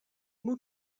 moet